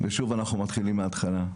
ושוב אנחנו מתחילים מהתחלה,